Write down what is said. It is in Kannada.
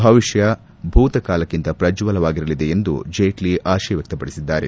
ಭವಿಷ್ಣ ಭೂತಕಾಲಕ್ಕಿಂತ ಪ್ರಜ್ವಲವಾಗಿರಲಿದೆ ಎಂದು ಜೇಟ್ಲ ಆಶಯ ವ್ಯಕ್ತಪಡಿಸಿದ್ದಾರೆ